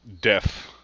death